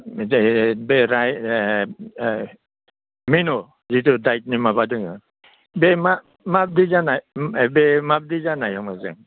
बे मेनु जितु डायेटनि माबा दङ बे मा माबायदि जानाय बे माबायदि जानाया मोजां